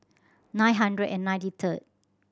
nine hundred and ninety third